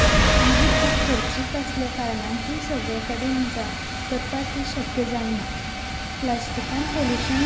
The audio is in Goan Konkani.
ना स्टिलान कसलेंय रासायनीक रियेक्शन जावन तेतुंतले पदार्थाची चव वायट जावपाची शक्यता आसता